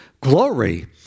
Glory